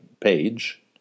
page